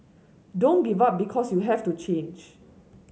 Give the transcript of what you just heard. don't give up because you have to change